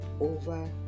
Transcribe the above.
over